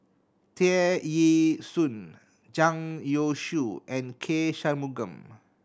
Tear Ee Soon Zhang Youshuo and K Shanmugam